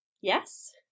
yes